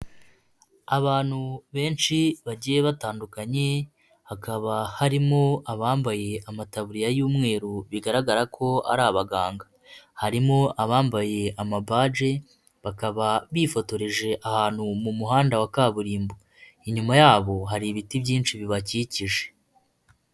Abantu benshi bagiye batandukanye hakaba harimo abambaye amatabuririya y'umweru bigaragara ko ari abaganga. Harimo abambaye amabaji bakaba bifotoreje ahantu mu muhanda wa kaburimbo. Inyuma yabo hari ibiti byinshi bibakikije.